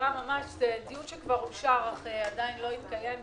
זה דיון שכבר אושר אך עדיין לא התקיים,